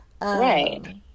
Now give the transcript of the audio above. Right